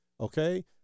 okay